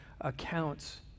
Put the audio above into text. accounts